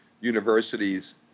universities